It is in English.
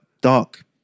Dark